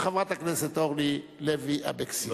וחברת הכנסת אורלי לוי אבקסיס.